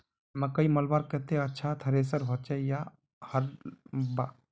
मकई मलवार केते अच्छा थरेसर होचे या हरम्बा?